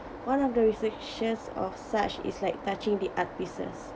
one of the restrictions of such is like touching the art pieces